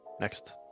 next